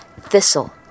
thistle